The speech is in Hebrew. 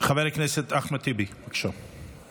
חבר הכנסת אחמד טיבי, בבקשה.